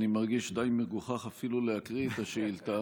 אני מרגיש די מגוחך אפילו להקריא את השאילתה,